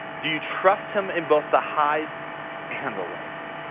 do you trust him in both the highs and the lows?